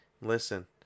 listen